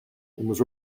was